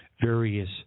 various